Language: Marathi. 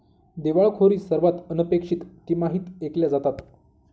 दिवाळखोरी सर्वात अनपेक्षित तिमाहीत ऐकल्या जातात